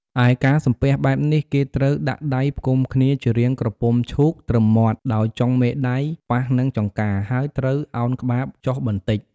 ឯការសំពះបែបនេះគេត្រូវ ដាក់ដៃផ្គុំគ្នាជារាងក្រពុំឈូកត្រឹមមាត់ ដោយចុងមេដៃប៉ះនឹងចង្កា ហើយត្រូវឱនក្បាលចុះបន្តិច។